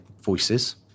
voices